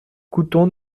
couthon